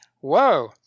whoa